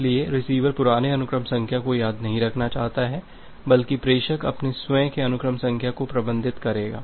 इसलिए रिसीवर पुराने अनुक्रम संख्या को याद नहीं रखना चाहता है बल्कि प्रेषक अपने स्वयं के अनुक्रम संख्या को प्रबंधित करेगा